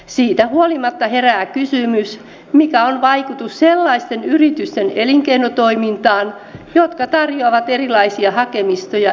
siitä huolimatta herää kysymys mikä on vaikutus sellaisten yritysten elinkeinotoimintaan jotka tarjoavat erilaisia hakemisto ja yhteystietopalveluja